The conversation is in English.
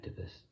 activists